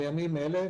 בימים אלה,